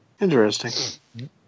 Interesting